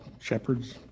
shepherds